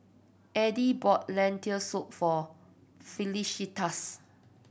Addie bought Lentil Soup for Felicitas